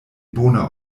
bona